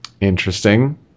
Interesting